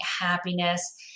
happiness